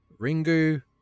Ringu